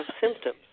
symptoms